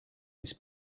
its